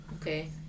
Okay